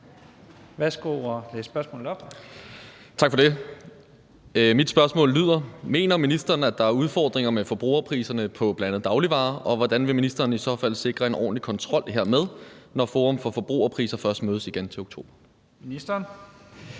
13:43 Sigurd Agersnap (SF): Tak for det. Mit spørgsmål lyder: Mener ministeren, at der er udfordringer med forbrugerpriserne på bl.a. dagligvarer, og hvordan vil ministeren i så fald sikre en ordentlig kontrol hermed, når Forum for Forbrugerpriser først mødes igen til oktober? Kl.